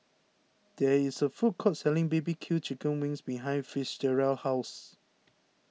there is a food court selling B B Q Chicken Wings behind Fitzgerald's house